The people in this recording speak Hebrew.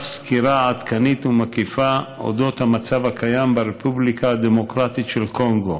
סקירה עדכנית ומקיפה על אודות המצב הקיים ברפובליקה הדמוקרטית של קונגו.